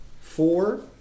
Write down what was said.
four